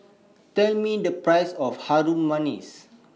Tell Me The Price of Harum Manis